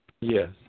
Yes